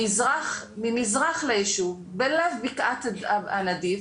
ממזרח ליישוב, בלב בקעת הנדיב.